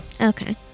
Okay